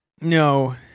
No